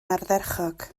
ardderchog